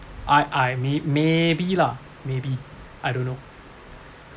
I I may maybe lah maybe I don't know